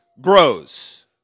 grows